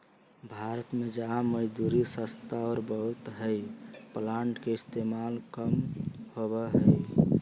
भारत में जहाँ मजदूरी सस्ता और बहुत हई प्लांटर के इस्तेमाल कम होबा हई